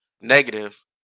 negative